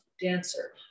dancer